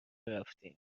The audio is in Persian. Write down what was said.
رفتیم